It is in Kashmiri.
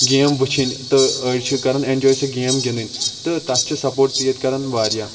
گیم وٕچھِنۍ تہٕ أڑۍ چھِ کَران ایٚنجاے سۄ گیم گِنٛدٕنۍ تہٕ تَتھ چھِ سَپوٹ تہٕ ییٚتہِ کَران واریاہ